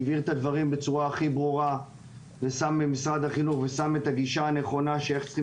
שהעביר את הדברים בצורה הכי ברורה ושם את הגישה הנכונה של איך צריכים